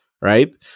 right